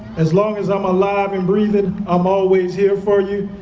as long as i'm alive and breathing, i'm always here for you.